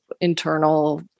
internal